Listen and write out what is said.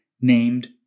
named